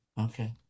Okay